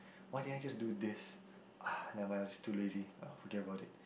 why didn't I just do this ah never mind I'm just too lazy ah forget about it